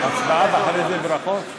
הצבעה ואחרי זה ברכות?